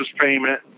payment